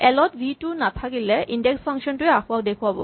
L ত ভি টো নাথাকিলে ইনডেক্স ফাংচন টোৱে আসোঁৱাহ দেখুৱাব